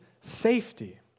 safety